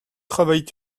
travailles